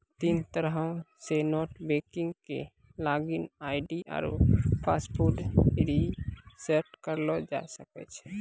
तीन तरहो से नेट बैंकिग के लागिन आई.डी आरु पासवर्ड रिसेट करलो जाय सकै छै